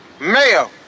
Mayo